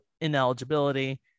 ineligibility